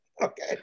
Okay